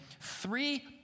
three